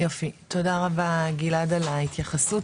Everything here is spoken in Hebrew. יופי, תודה רבה גלעד על ההתייחסות.